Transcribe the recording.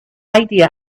idea